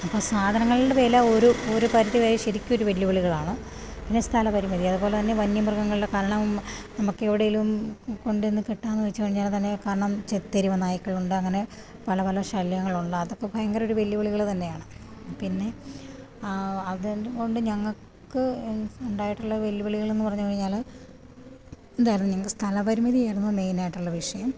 ഇപ്പോള് സാധനങ്ങളുടെ വില ഒരു ഒരു പരിധിവരെ ശരിക്കും ഒരു വെല്ലുവിളികളാണ് പിന്നെ സ്ഥല പരിമിതി അതുപോലെ തന്നെ വന്യ മൃഗങ്ങളുടെ കാരണം നമുക്കെവിടേലും കൊണ്ടുചെന്നു കെട്ടാമെന്നുവച്ചുകഴിഞ്ഞാല് തന്നെ കാരണം തെരുവുനായ്ക്കളുണ്ട് അങ്ങനെ പല പല ശല്യങ്ങളുണ്ട് അതൊക്കെ ഭയങ്കര ഒരു വെല്ലുവിളികള് തന്നെയാണ് പിന്നെ അതെല്ലാംകൊണ്ട് ഞങ്ങള്ക്ക് ഉണ്ടായിട്ടുള്ള വെല്ലുവിളികളെന്ന് പറഞ്ഞുകഴിഞ്ഞാല് എന്തായിരുന്നു ഞങ്ങള്ക്ക് സ്ഥല പരിമിതിയായിരുന്നു മെയിനായിട്ടുള്ള വിഷയം